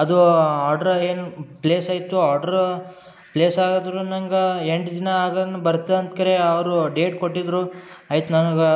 ಅದು ಆರ್ಡ್ರ ಏನೋ ಪ್ಲೇಸಾಯಿತು ಆರ್ಡ್ರ ಪ್ಲೇಸಾದ್ರೂ ನಂಗೆ ಎಂಟು ದಿನ ಆಗನ್ ಬರ್ತದೆ ಅಂದ್ ಕರೆ ಅವರು ಡೇಟ್ ಕೊಟ್ಟಿದ್ದರು ಆಯ್ತು ನನಗಾ